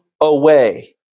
away